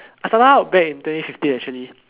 I started out back in twenty fifteen actually